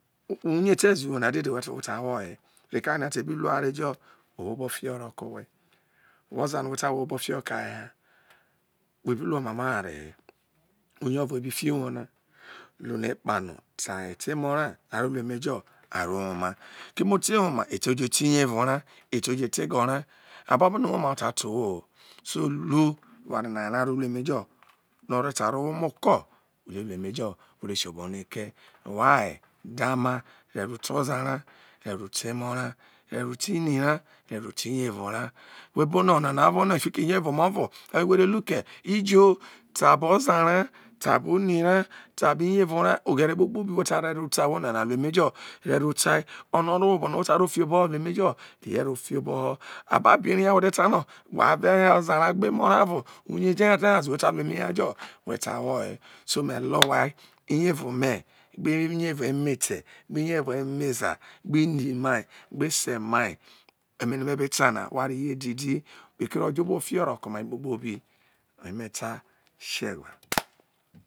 Uye te ze uwona dede wọ tia wọhe, reko nọ a tebe tu oware jọ o wo obo fi họ rọke owhe wẹ oza nọ owo obofihọ rokẹ aye ha wo bi lu omamo oware he, uye ovo who bi fiho uwo na luno ekpanọ te aye te emo ra aro lu emejo aro woma keme ute woma etẹ ojo te ini ero ra ete uje te egọ ra ababo no uwo ma ha ota te owho ho so lu oware nọ aye ra oro ulu emejo no orẹ ta ro wo omo ko ure lu emejo ore si obo noi ke yo we aye daoma re ro të ọza ra, rero te ini ra rero te iniero ra, we bo wo onana ovo no fiki iniero me ovo oye wore tu ke ijo tě abo oza ra te abo oni ra te abọ innero ra oghere kpokpobi no whe ta ro re ro te a who nana ru emejo re ro tia ono oro owho obo nọ wọ tai ro fioboho ru emejo reye ro fiǒboho ababo eri ha who te ta nọ whẹ avo ọza ra gbe emo ra ovo uye tioye ote nyaze whe ta whọhě so mẹ lo wai inievo gbe inievọ emete gbe inievo emeza gbe ini mai gbe ese mai emeno mẹ be ta na wa ri ye didi kpeke rọ ọjọ obọ fihọ rọkẹ omai kpokpobi ere mẹ ta isiegware